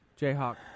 Jayhawk